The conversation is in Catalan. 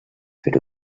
fer